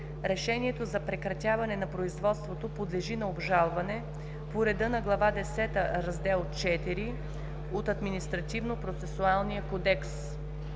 „Решението за прекратяване на производството подлежи на обжалване по реда на Глава десета, Раздел IV от Административнопроцесуалния кодекс.“